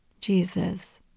Jesus